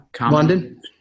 London